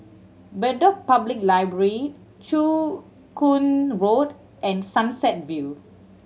Bedok Public Library Joo Koon Road and Sunset View